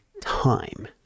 time